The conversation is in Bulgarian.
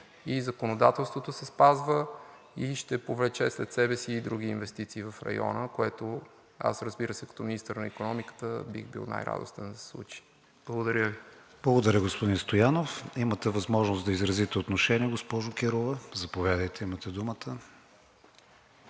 и законодателството се спазва, и ще повлече след себе си и други инвестиции в района, което аз, разбира се, като министър на икономиката бих бил най-радостен да се случи. Благодаря Ви. ПРЕДСЕДАТЕЛ КРИСТИАН ВИГЕНИН: Благодаря, господин Стоянов. Имате възможност да изразите отношение, госпожо Кирова. Заповядайте, имате думата.